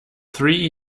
three